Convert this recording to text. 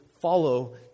follow